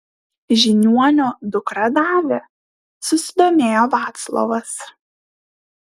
žiniuonio dukra davė susidomėjo vaclovas